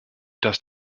dass